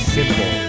simple